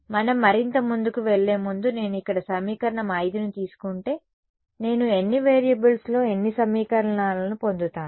మనం మరింత ముందుకు వెళ్లే ముందు నేను ఇక్కడ సమీకరణం 5ని తీసుకుంటే నేను ఎన్ని వేరియబుల్స్లో ఎన్ని సమీకరణాలను పొందుతాను